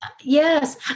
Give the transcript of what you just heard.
Yes